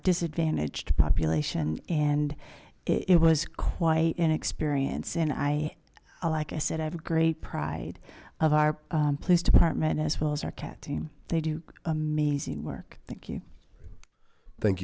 disadvantaged population and it was quite an experience and i like i said i have a great pride of our police department as well as our cat team they do amazing work thank you thank